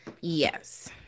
Yes